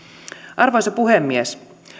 arvoisa puhemies